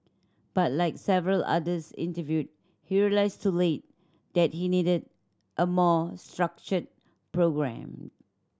but like several others interviewed he realised too late that he needed a more structured programme